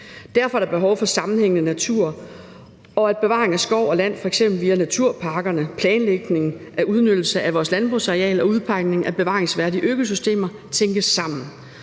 Derfor er der behov for sammenhængende natur, og at bevaringen af skov og land, f.eks. via naturparkerne, planlægning af udnyttelse af vores landbrugsareal og udpegning af bevaringsværdige økosystemer, tænkes sammen.